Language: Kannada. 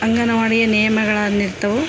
ಅಂಗನವಾಡಿಯ ನಿಯಮಗಳೇನಿರ್ತವು